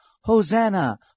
Hosanna